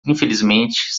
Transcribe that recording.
infelizmente